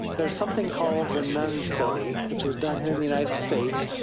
there's something called the nun study which was done here in the united states,